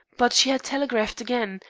but she had telegraphed again,